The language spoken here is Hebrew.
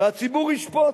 והציבור ישפוט,